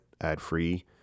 ad-free